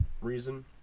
reason